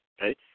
okay